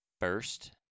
first